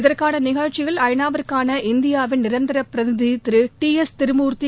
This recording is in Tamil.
இதற்கான நிகழ்ச்சியில் ஐநா வுக்கான இந்தியாவின் நிரந்தர பிரிதிநிதி திரு டி எஸ் திருமூர்த்தி